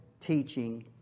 teaching